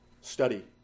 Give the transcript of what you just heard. study